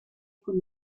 con